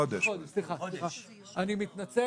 אני מתנצל.